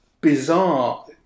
bizarre